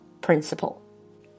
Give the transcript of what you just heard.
principle